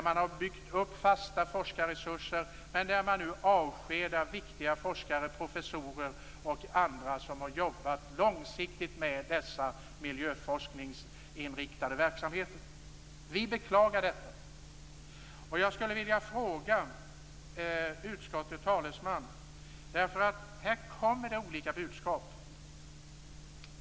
Man har byggt upp fasta forskarresurser, men nu avskedas viktiga forskare, professorer och andra, som har jobbat långsiktigt med dessa miljöforskningsinriktade verksamheter. Vi beklagar detta. Jag skulle vilja ställa en fråga till utskottets talesman, därför att här kommer olika budskap.